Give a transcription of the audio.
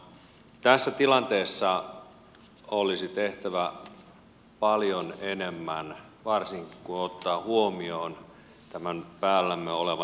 tässä tilanteessa olisi tehtävä paljon enemmän varsinkin kun ottaa huomioon tämän päällämme olevan laman